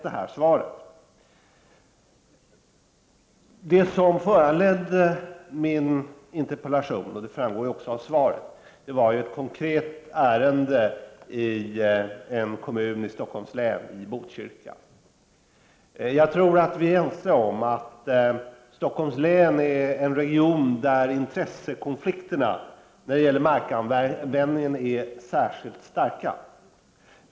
Det som föranledde min interpellation var, som framgår av svaret, ett konkret ärende i Botkyrka kommun i Stockholms län. Jag tror att vi är ense om att Stockholms län är en region där intressekonflikterna när det gäller markanvändningen är särskilt starka.